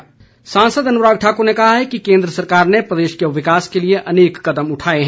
अनुराग ठाकुर सांसद अनुराग ठाकुर ने कहा है कि केन्द्र सरकार ने प्रदेश के विकास के लिए अनेक कदम उठाए हैं